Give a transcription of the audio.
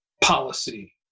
policy